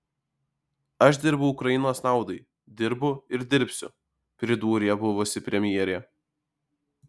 aš dirbau ukrainos naudai dirbu ir dirbsiu pridūrė buvusi premjerė